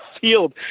field